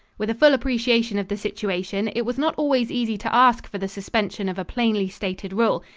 with a full appreciation of the situation, it was not always easy to ask for the suspension of a plainly stated rule,